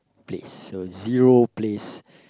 place so zero place